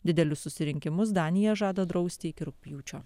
didelius susirinkimus danija žada drausti iki rugpjūčio